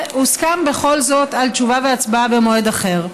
והוסכם בכל זאת על תשובה והצבעה במועד אחר.